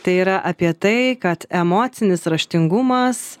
tai yra apie tai kad emocinis raštingumas